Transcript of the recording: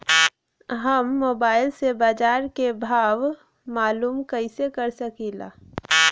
हम मोबाइल से बाजार के भाव मालूम कइसे कर सकीला?